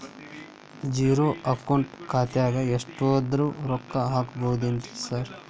Zero account ಖಾತ್ಯಾಗ ಎಷ್ಟಾದ್ರೂ ರೊಕ್ಕ ಹಾಕ್ಬೋದೇನ್ರಿ ಸಾರ್?